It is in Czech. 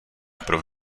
pro